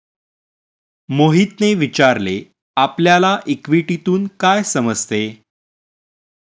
मोहितने विचारले आपल्याला इक्विटीतून काय समजते?